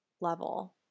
level